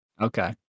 okay